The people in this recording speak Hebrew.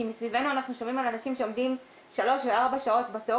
מסביבנו אנחנו שומעים על אנשים שעומדים שלוש וארבע שעות בתור,